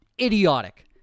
Idiotic